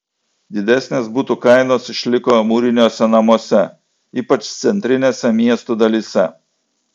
didesnės butų kainos išliko mūriniuose namuose ypač centrinėse miestų dalyse